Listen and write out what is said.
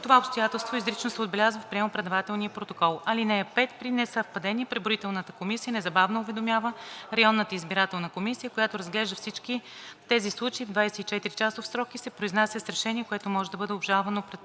това обстоятелство изрично се отбелязва в приемо-предавателния протокол. (5) При несъвпадение преброителната комисия незабавно уведомява районната избирателна комисия, която разглежда всички тези случаи в 24-часов срок и се произнася с решение, което може да бъде обжалвано пред ЦИК.“ Комисията